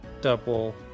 Double